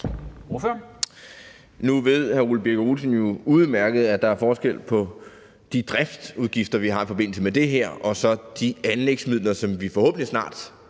jo udmærket godt, at der er forskel på de driftsudgifter, vi har i forbindelse med det her, og de anlægsmidler, som vi forhåbentlig snart